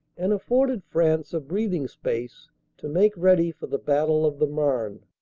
and afforded france a breathing space to make ready for the battle of the marne.